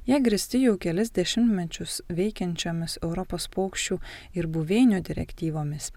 jie grįsti jau kelis dešimtmečius veikiančiomis europos paukščių ir buveinių direktyvomis